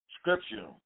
scripture